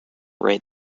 write